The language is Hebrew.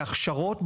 בהכשרות,